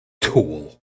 Tool